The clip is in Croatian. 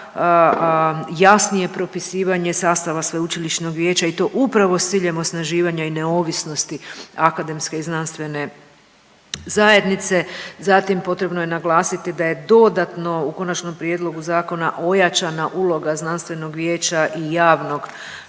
jasnije propisivanje sastava sveučilišnog vijeća i to upravo s ciljem osnaživanja i neovisnosti akademske i znanstvene zajednice. Zatim potrebno je naglasiti da je dodatno u konačnom prijedlogu zakona ojačana uloga znanstvenog vijeća i javnog